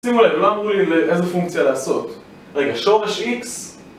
שימו לב, לא אמרו לי איזה פונקציה לעשות. רגע, שורש X